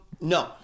No